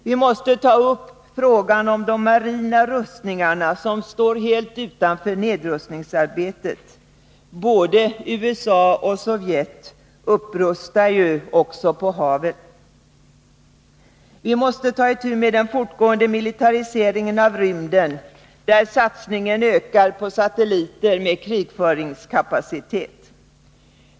Vi måste ta upp frågan om de marina rustningarna, som står helt utanför nedrustningsarbetet. Både USA och Sovjet upprustar ju också på havet. Vi måste ta itu med den fortgående militariseringen av rymden, där satsningen ökar på satelliter med krigföringskapacitet.